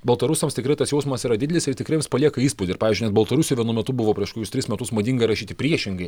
baltarusiams tikrai tas jausmas yra didelis ir tikrai jiems palieka įspūdį ir pavyzdžiui net baltarusijoj vienu metu buvo prieš kokius tris metus madinga rašyti priešingai